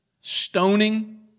stoning